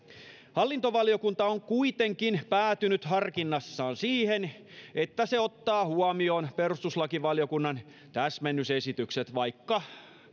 hallintovaliokunta on kuitenkin päätynyt harkinnassaan siihen että se ottaa huomioon perustuslakivaliokunnan täsmennysesitykset vaikka